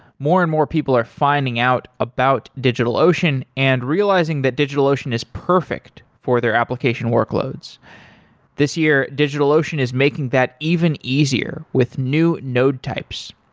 more and more, people are finding out about digitalocean and realizing that digitalocean is perfect for their application workloads this year, digitalocean is making that even easier with new node types.